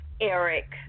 Eric